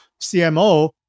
CMO